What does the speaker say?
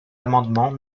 amendement